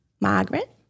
Margaret